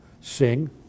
sing